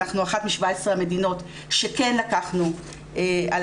אנחנו אחת מ-17 המדינות שכן לקחנו על